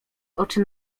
oczy